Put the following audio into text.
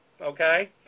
okay